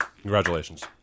Congratulations